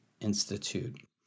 Institute